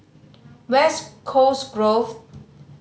West Coast Grove